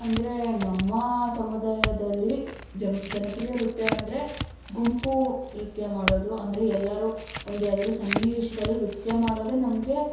ಅಂದರೆ ನಮ್ಮ ಸಮುದಾಯದಲ್ಲಿ ಜಮ್ ಜನಪ್ರಿಯ ನೃತ್ಯ ಅಂದರೆ ಗುಂಪು ನೃತ್ಯ ಮಾಡೋದು ಅಂದರೆ ಎಲ್ಲರೂ ಒಂದು ಯಾವ್ದಾದ್ರು ಸನ್ನಿವೇಶದಲ್ಲಿ ನೃತ್ಯ ಮಾಡೋದೇ ನಮಗೆ